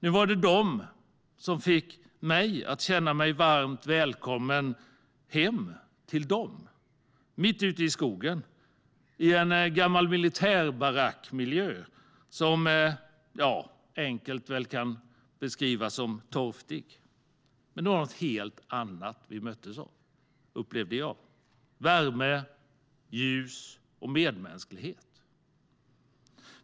Nu var det de som fick mig att känna mig varmt välkommen hem till dem, mitt ute i skogen i en gammal militärbaracksmiljö som enkelt kan beskrivas som torftig. Men vi möttes av något helt annat: värme, ljus och medmänsklighet.